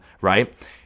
right